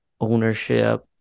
ownership